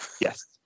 Yes